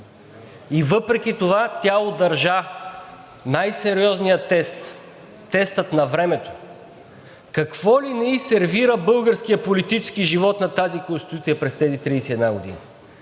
И въпреки това тя удържа най-сериозния тест – теста на времето. Какво ли не ѝ сервира българският политически живот на тази Конституция през тези 31 години